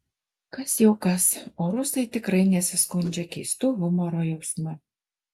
kas jau kas o rusai tikrai nesiskundžia keistu humoro jausmu